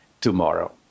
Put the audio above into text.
tomorrow